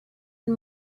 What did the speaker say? and